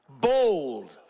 bold